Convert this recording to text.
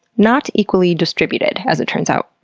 not equally distributed, as it turns out.